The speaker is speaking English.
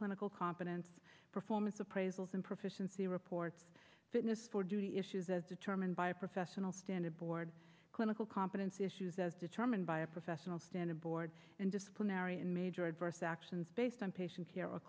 clinical competence performance appraisals and proficiency reports fitness for duty issues as determined by a professional standards board clinical competency issues as determined by a professional standards board and disciplinary and major adverse actions based on patient care